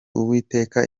uwiteka